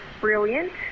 brilliant